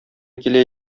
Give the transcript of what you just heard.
килә